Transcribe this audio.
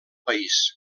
país